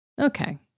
Okay